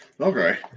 Okay